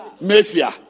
mafia